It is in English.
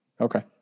Okay